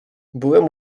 byłem